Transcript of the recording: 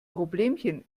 problemchen